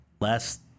Last